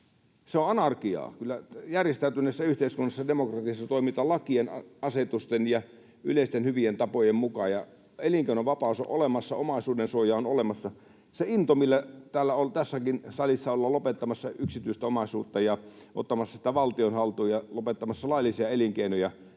Se on anarkiaa. Kyllä järjestäytyneessä yhteiskunnassa ja demokratiassa toimitaan lakien, asetusten ja yleisten hyvien tapojen mukaan, ja elinkeinovapaus on olemassa, omaisuudensuoja on olemassa. Se into, millä tässäkin salissa ollaan lopettamassa yksityistä omaisuutta ja ottamassa sitä valtion haltuun ja lopettamassa laillisia elinkeinoja,